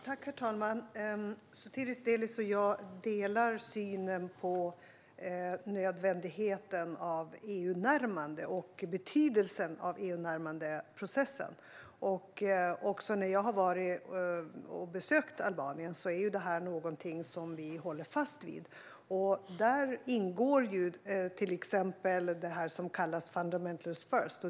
Herr talman! Sotiris Delis och jag delar synen på nödvändigheten av EU-närmande och betydelsen av EU-närmandeprocessen. När jag har varit och besökt Albanien är det här någonting som vi hållit fast vid. Där ingår till exempel "fundamentals first".